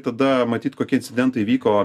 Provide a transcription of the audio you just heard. tada matyt kokie incidentai vyko